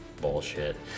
bullshit